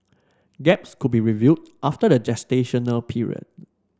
gaps could be reviewed after the gestational period